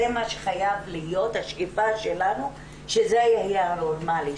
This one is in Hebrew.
זה מה שחייב להיות השאיפה שלנו שזה יהיה הנורמלי,